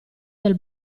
del